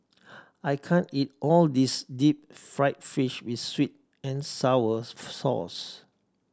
I can't eat all this deep fried fish with sweet and sour sauce